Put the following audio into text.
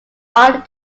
art